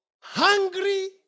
Hungry